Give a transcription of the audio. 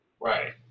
Right